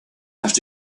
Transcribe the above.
left